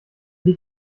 die